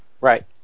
Right